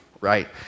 right